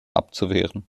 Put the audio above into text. abzuwehren